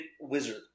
wizard